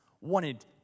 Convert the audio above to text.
wanted